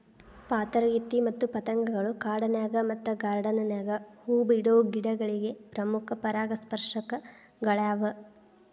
ಪಾತರಗಿತ್ತಿ ಮತ್ತ ಪತಂಗಗಳು ಕಾಡಿನ್ಯಾಗ ಮತ್ತ ಗಾರ್ಡಾನ್ ನ್ಯಾಗ ಹೂ ಬಿಡೋ ಗಿಡಗಳಿಗೆ ಪ್ರಮುಖ ಪರಾಗಸ್ಪರ್ಶಕಗಳ್ಯಾವ